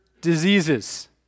diseases